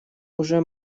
уже